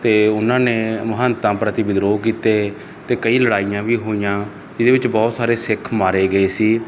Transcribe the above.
ਤੇ ਉਨ੍ਹਾਂ ਨੇ ਮਹੰਤਾਂ ਪ੍ਰਤੀ ਵਿਦਰੋਹ ਕੀਤੇ ਤੇ ਕਈ ਲੜਾਈਆਂ ਵੀ ਹੋਈਆਂ ਜਿਹਦੇ ਵਿੱਚ ਬਹੁਤ ਸਾਰੇ ਸਿੱਖ ਮਾਰੇ ਗਏ ਸੀ